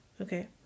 okay